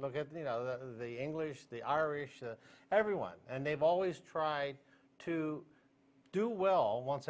look at the anguish the irish to everyone and they've always tried to do well once